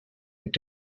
und